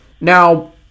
now